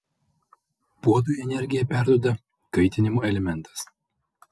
puodui energiją perduoda kaitinimo elementas